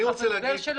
אם תרצו,